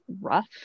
rough